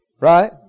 Right